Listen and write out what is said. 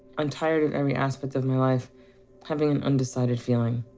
i'm tired of every aspect of my life having an undecided feeling.